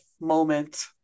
moment